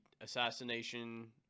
assassination